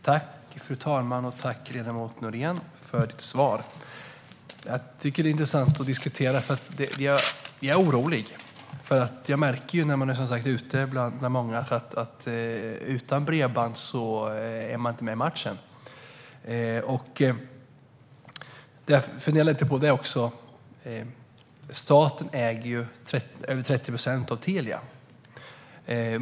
Fru talman! Jag tackar ledamot Nohrén för svaret. Jag tycker att detta är intressant att diskutera, för jag är orolig. Jag märker som sagt när jag är ute bland människor att man inte är med i matchen utan bredband. Jag funderar också lite på att staten äger över 30 procent av Telia.